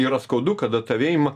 yra skaudu kada tave ima